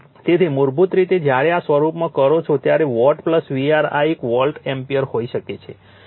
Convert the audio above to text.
તેથી મૂળભૂત રીતે જ્યારે આ સ્વરૂપમાં કરો છો ત્યારે watt var આ એક વોલ્ટ એમ્પીયર હોઈ શકે છે